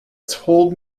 told